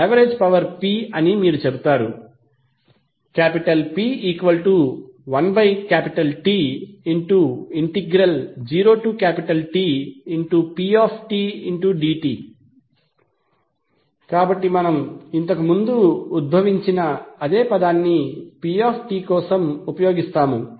average power P అని మీరు చెబుతారు P1T0Tptdt కాబట్టి మనము ఇంతకుముందు ఉద్భవించిన అదే పదాన్ని pt కోసం ఉపయోగిస్తాము